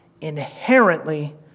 Inherently